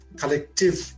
collective